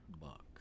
Buck